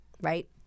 right